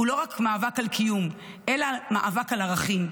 הוא לא רק מאבק על קיום אלא מאבק על ערכים.